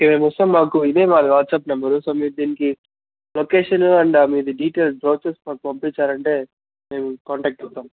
రేపు వస్తాము మాకు ఇదే మా వాట్సాప్ నెంబరు సో మీరు దీనికి లొకేషను అండ్ మీ డీటెయిల్స్ నోట్ చేసి మాకు పంపిచ్చారంటే మేము కాంటాక్ట్ చేస్తాం